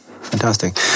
fantastic